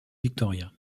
victoria